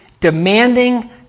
demanding